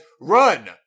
Run